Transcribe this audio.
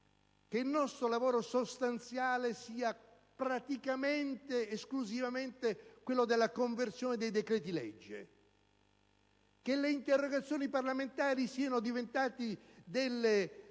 che il nostro lavoro sostanziale sia praticamente ed esclusivamente quello della conversione dei decreti-legge? Le interrogazioni parlamentari sono diventate dei